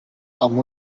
amb